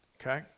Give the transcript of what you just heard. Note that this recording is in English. Okay